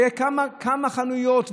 כמה חנויות,